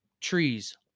Trees